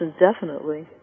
indefinitely